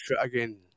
again